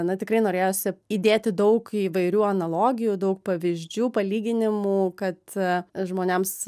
na tikrai norėjosi įdėti daug įvairių analogijų daug pavyzdžių palyginimų kad žmonėms